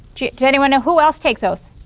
does anyone know, who else takes oaths?